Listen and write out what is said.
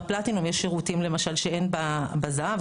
בפלטינום יש שירותים למשל שאין בזהב,